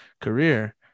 career